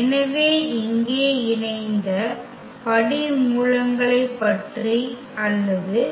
எனவே இங்கே இணைந்த படிமூலங்களைப் பற்றி அல்லது